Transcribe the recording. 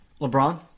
LeBron